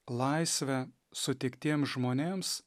laisvę sutiktiem žmonėms